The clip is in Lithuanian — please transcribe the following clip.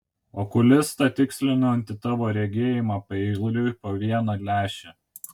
okulistą tikslinantį tavo regėjimą paeiliui po vieną lęšį